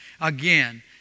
Again